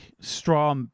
straw